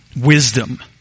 wisdom